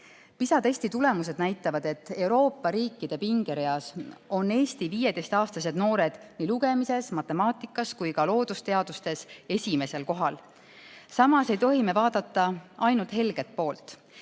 PISA testi tulemused näitavad, et Euroopa riikide pingereas on Eesti 15‑aastased noored nii lugemises, matemaatikas kui ka loodusteadustes esimesel kohal. Samas ei tohi me vaadata ainult helget poolt.